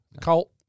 Colt